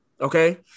okay